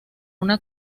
una